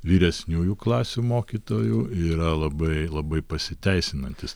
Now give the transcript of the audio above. vyresniųjų klasių mokytojų yra labai labai pasiteisinantis